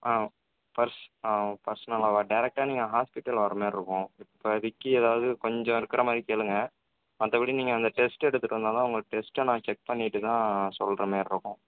ஆ பர்ஸ் ஆ பர்ஸ்னலாவா டேரக்ட்டாக நீங்கள் ஹாஸ்ப்பிட்டல் வரமாரி இருக்கும் இப்போதிக்கு ஏதாவது கொஞ்சம் இருக்கறமாதிரி கேளுங்கள் மற்றபடி நீங்கள் அந்த டெஸ்ட் எடுத்துவிட்டு வந்து தான் உங்கள் டெஸ்ட்டை நான் செக் பண்ணிவிட்டு தான் சொல்லுற மாரி இருக்கும்